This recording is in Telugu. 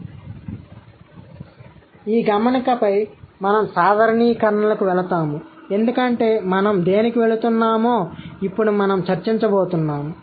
కాబట్టి ఈ గమనికపై మేము సాధారణీకరణలకు వెళతాము ఎందుకంటే మనం దేనికి వెళుతున్నామో ఇప్పుడు మనం చర్చించబోతున్నాము